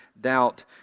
doubt